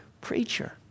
preacher